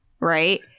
Right